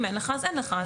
אם אין לך, אז אין לך.